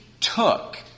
took